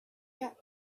get